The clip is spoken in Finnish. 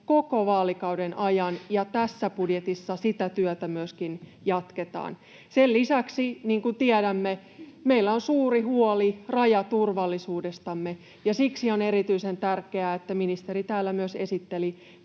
koko vaalikauden ajan, ja tässä budjetissa sitä työtä myöskin jatketaan. Sen lisäksi, niin kuin tiedämme, meillä on suuri huoli rajaturvallisuudestamme, ja siksi on erityisen tärkeää, että ministeri täällä myös esitteli